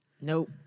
Nope